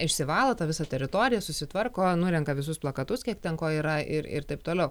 išsivalo tą visą teritoriją susitvarko nurenka visus plakatus kiek ten ko yra ir ir taip toliau